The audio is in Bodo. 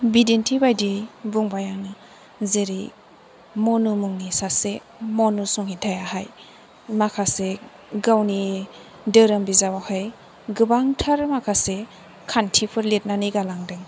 बिदिन्थि बायदियै बुंबाय आङो जेरै मनु मुंनि सासे मनु संगिथायाहाय माखासे गावनि धोरोम बिजाबाव हाय गोबांथार माखासे खान्थिफोर लिरनानै गालांदों